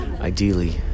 ideally